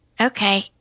Okay